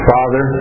Father